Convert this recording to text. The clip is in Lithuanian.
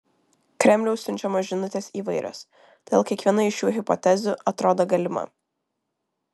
kremliaus siunčiamos žinutės įvairios todėl kiekviena iš šių hipotezių atrodo galima